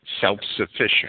self-sufficient